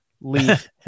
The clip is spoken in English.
Leave